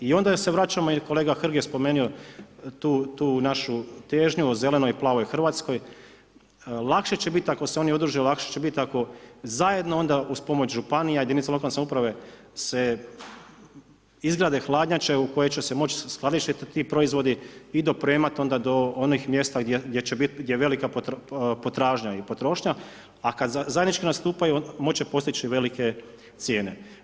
I onda se vraćamo i kolega Hrg je spomenuo tu našu težnju o zelenoj i planovi Hrvatskoj, lakše će biti ako se oni udruže i lakše će biti ako zajedno onda pomoću županija i jedinica lokalne samouprave se izgrade hladnjače u koje će se moći skladištiti ti proizvodi i dopremati onda do onih mjesta gdje će biti, gdje je velika potražnja i potrošnja, a kada zajednički nastupaju, moći će postići velike cijene.